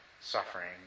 suffering